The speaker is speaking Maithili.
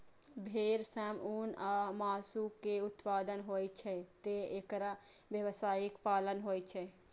भेड़ सं ऊन आ मासु के उत्पादन होइ छैं, तें एकर व्यावसायिक पालन होइ छै